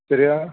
சரியா